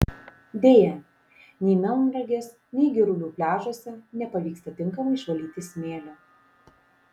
deja nei melnragės nei girulių pliažuose nepavyksta tinkamai išvalyti smėlio